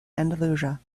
andalusia